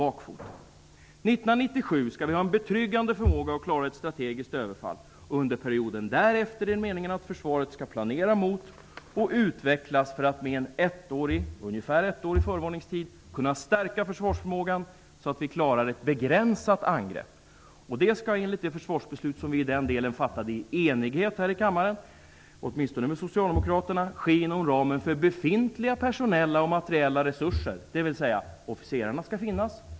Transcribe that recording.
1997 skall vi ha en betryggande förmåga att klara ett strategiskt överfall. Under perioden därefter är det meningen att försvaret skall planera mot och utvecklas för att med ungefär en ettårig förvarningstid kunna stärka försvarsförmågan så att vi klarar ett begränsat angrepp. Det skall enligt det försvarsbeslut som vi i den delen i enighet fattat här i kammaren -- åtminstone med Socialdemokraterna -- ske inom ramen för befintliga personella och materiella resurser, dvs.: Officerarna skall finnas.